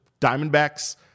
Diamondbacks